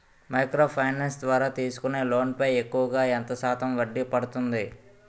Micro finance ద్వారా తీసుకునే loan పై ఎక్కువుగా ఎంత శాతం వడ్డీ పడుతుంది?